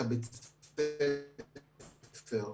את בתי הספר,